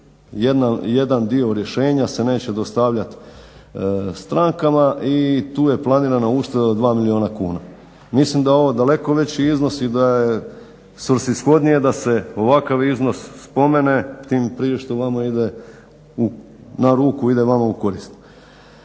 jedan dio rješenja se neće dostavljati strankama i tu je planirana ušteda od 2 milijuna kuna. Mislim da je ovo daleko veći iznos i da je svrsishodnije da se ovakav iznos spomene tim prije što vama ide na ruku, ide vama u korist.